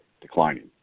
declining